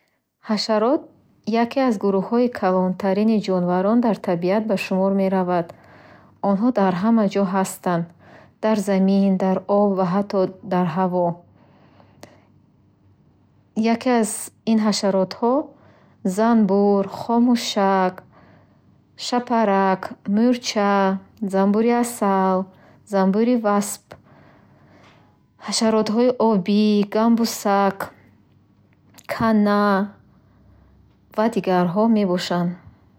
Ҳашарот яке аз гуруҳҳои калонтарини ҷонварон дар табиат ба шумор меравад. Онҳо дар ҳама ҷо ҳастанд. Дар замин, дар об ва ҳатто дар ҳаво. Яке аз ин ҳашаротоҳо занбӯр, хомӯшак, шапарак, мӯрча, занбӯри асал, занбӯри васп, ҳашаротҳои обӣ, гамбуск, кана ва дигарҳо мебошанд.